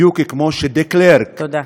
בדיוק כמו שדה-קלרק, תודה.